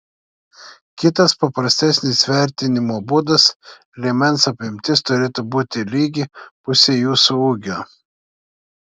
kitas paprastesnis vertinimo būdas liemens apimtis turėtų būti lygi pusei jūsų ūgio